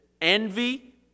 envy